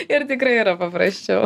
ir tikrai yra paprasčiau